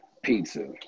Pizza